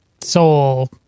Soul